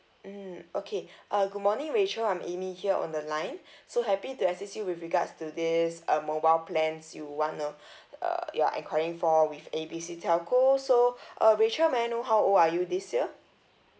mm okay uh good morning rachel I'm amy here on the line so happy to assist you with regards to this um mobile plans you want to uh you're enquiring for with A B C telco so uh rachel may I know how old are you this year